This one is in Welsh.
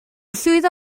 llwyddo